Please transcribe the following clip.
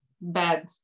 bad